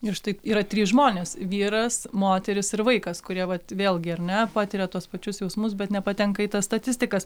ir štai yra trys žmonės vyras moteris ir vaikas kurie vat vėlgi ar ne patiria tuos pačius jausmus bet nepatenka į tas statistikas